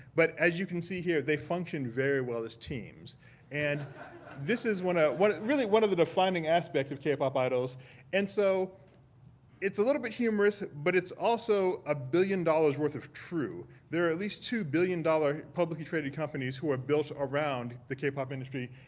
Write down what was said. but as you can see here, they function very well as teams and this is one ah one of, really one of the defining aspects of k-pop idols and so it's a little bit humorous but it's also a billion dollars worth of true. there are at least two billion dollar publicly traded companies who are built around the k-pop industry.